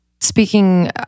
speaking